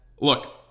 Look